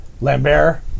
Lambert